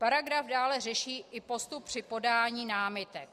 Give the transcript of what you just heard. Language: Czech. Paragraf dále řeší i postup při podání námitek.